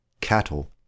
cattle